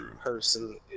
person